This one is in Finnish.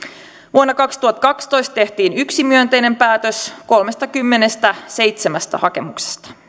vuonna kaksituhattakaksitoista tehtiin yksi myönteinen päätös kolmestakymmenestäseitsemästä hakemuksesta